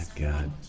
god